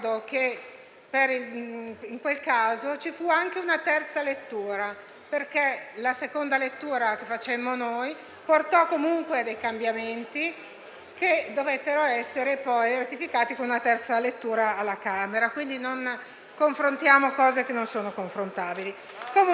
in quel caso ci fu anche una terza lettura perché la seconda lettura che facemmo noi portò comunque dei cambiamenti che dovettero essere poi ratificati dalla Camera, quindi non confrontiamo cose che non sono confrontabili.